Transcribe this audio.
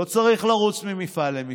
לא צריך לרוץ ממפעל למפעל,